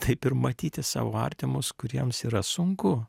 taip ir matyti savo artimus kuriems yra sunku